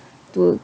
to